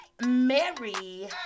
Mary